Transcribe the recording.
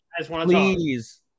please